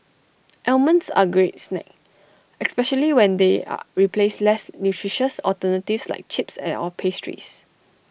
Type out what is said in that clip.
almonds are A great snack especially when they are replace less nutritious alternatives like chips or pastries